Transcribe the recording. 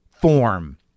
form